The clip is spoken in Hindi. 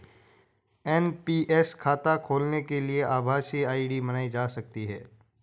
एन.पी.एस खाता खोलने के लिए आभासी आई.डी बनाई जा सकती है